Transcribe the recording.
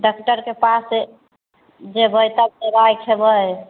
डाक्टरके पास जेबै तब दवाइ खेबै